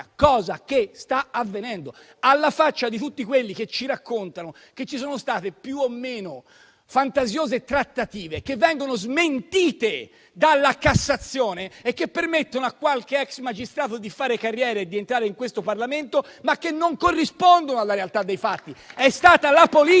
cosa che sta avvenendo, alla faccia di tutti quelli che ci raccontano che ci sono state trattative più o meno fantasiose, che vengono smentite dalla Cassazione e che permettono a qualche ex magistrato di fare carriera e di entrare in questo Parlamento, ma che non corrispondono alla realtà dei fatti. È stata la politica